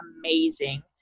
amazing